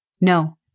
No